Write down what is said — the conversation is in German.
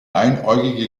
einäugige